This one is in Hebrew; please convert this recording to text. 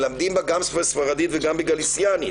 מלמדים בה גם בספרדית וגם בגליסיאנית.